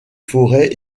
forêts